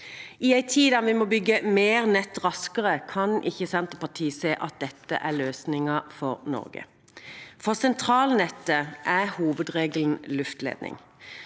I en tid der vi må bygge mer nett raskere, kan ikke Senterpartiet se at dette er løsningen for Norge. For sentralnettet er hovedregelen selvfølgelig